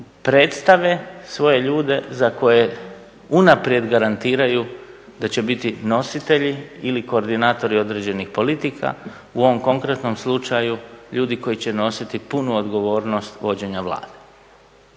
predstave svoje ljude za koje unaprijed garantiraju da će biti nositelji ili koordinatori određenih politika. U ovom konkretnom slučaju ljudi koji će nositi punu odgovornost vođenja Vlade.